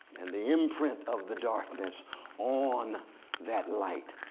and the imprint of the darkness on that light,